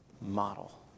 model